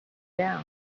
down